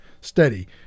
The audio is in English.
steady